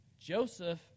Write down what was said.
Joseph